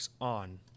on